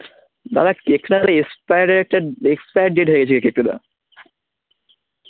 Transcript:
দাদা কেকটার এসপায়ার ডেটটা এক্সপায়ার ডেট হয়ে গেছে এই কেকটা দাদা